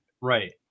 right